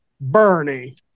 Bernie